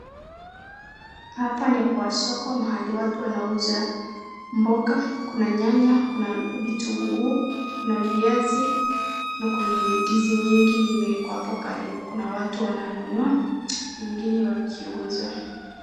Hapa ni kwa soko mahali watu wanauza mboga, kuna nyanya, kuna vitunguu, kuna viazi na kuna ndizi nyingi imewekwa hapo karibu. kuna watu wananunua, wengine wakiuza.